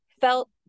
felt